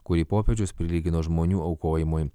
kurį popiežius prilygino žmonių aukojimui